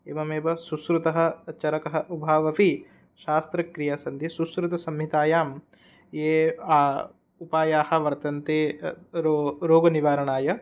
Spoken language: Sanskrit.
एवमेव सुश्रुतः चरकः उभावपि शास्त्रक्रिया सन्ति सुश्रुतसंहितायां ये उपायाः वर्तन्ते रो रोगनिवारणाय